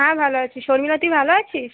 হ্যাঁ ভালো আছি শর্মিলা তুই ভালো আছিস